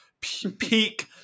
peak